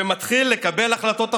ומתחיל לקבל החלטות הפוכות.